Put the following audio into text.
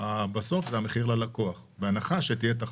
בסוף זה המחיר ללקוח, בהנחה שתהיה תחרות.